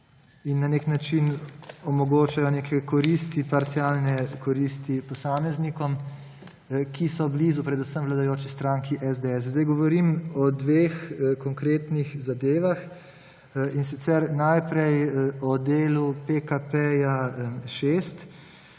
Na nek način omogočajo neke koristi, parcialne koristi posameznikom, ki so blizu predvsem vladajoči stranki SDS. Sedaj govorim o dveh konkretnih zadevah, in sicer najprej o delu PKP6,